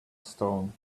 stone